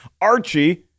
Archie